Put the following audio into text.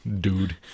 Dude